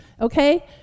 okay